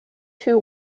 two